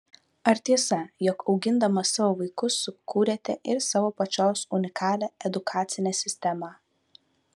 ar tiesa jog augindama savo vaikus sukūrėte ir savo pačios unikalią edukacinę sistemą